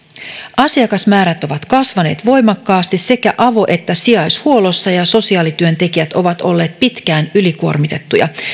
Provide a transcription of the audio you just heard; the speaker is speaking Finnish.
asiakasmäärät ovat kasvaneet voimakkaasti sekä avo että sijaishuollossa ja sosiaalityöntekijät ovat olleet jo pitkään ylikuormitettuja